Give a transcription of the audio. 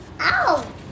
Ow